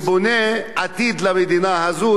ובונה עתיד למדינה הזאת,